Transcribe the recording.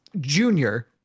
junior